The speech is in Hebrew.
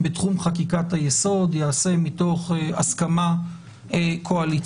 בתחום חקיקת היסוד ייעשה מתוך הסכמה קואליציוניות